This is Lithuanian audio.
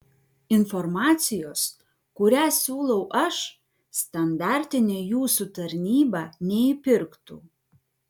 informacijos kurią siūlau aš standartinė jūsų tarnyba neįpirktų